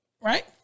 Right